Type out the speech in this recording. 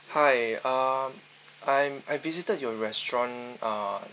hi uh I'm I visited your restaurant uh